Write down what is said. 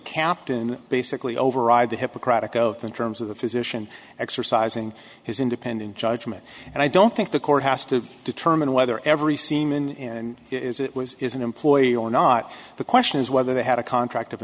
captain basically override the hippocratic oath in terms of the physician exercising his independent judgment and i don't think the court has to determine whether every seam in it is it was is an employee or not the question is whether they had a contract of